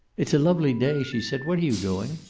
it's a lovely day, she said. what are you doing?